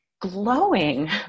glowing